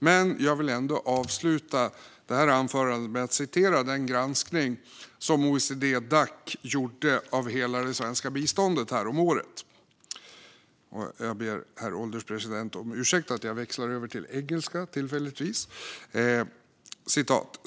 Men jag vill ändå avsluta med att citera från den granskning som OECD-Dac gjorde av hela det svenska biståndet häromåret - och jag ber herr ålderspresidenten om ursäkt för att jag tillfälligtvis växlar över till engelska.